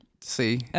See